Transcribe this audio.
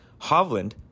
Hovland